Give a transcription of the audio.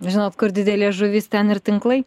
žinot kur didelė žuvis ten ir tinklai